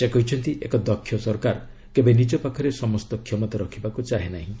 ସେ କହିଛନ୍ତି ଏକ ଦକ୍ଷ ସରକାର କେବେ ନିଜ ପାଖରେ ସମସ୍ତ କ୍ଷମତା ରଖିବାକୁ ଚାହେଁନାହିଁ